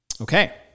Okay